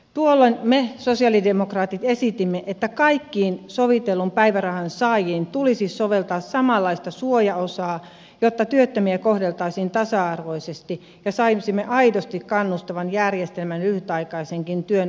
tuolloin me sosialidemokraatit esitimme että kaikkiin sovitellun päivärahan saajiin tulisi soveltaa samanlaista suojaosaa jotta työttömiä kohdeltaisiin tasa arvoisesti ja saisimme aidosti kannustavan järjestelmän lyhytaikaisenkin työn vastaanottamiseen